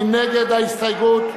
מי נגד ההסתייגות?